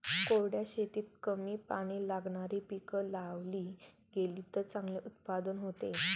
कोरड्या शेतीत कमी पाणी लागणारी पिकं लावली गेलीत तर चांगले उत्पादन होते